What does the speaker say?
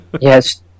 Yes